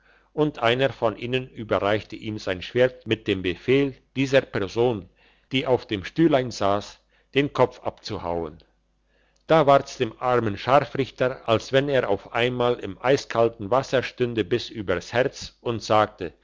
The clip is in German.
und einer von ihnen überreichte ihm sein schwert mit dem befehl dieser person die auf dem stühlein sass den kopf abzuhauen da ward's dem armen scharfrichter als wenn er auf einmal im eiskalten wasser stünde bis übers herz und sagte